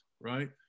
right